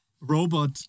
robot